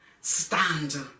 stand